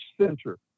center